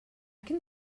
can